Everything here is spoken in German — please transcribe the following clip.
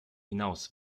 hinaus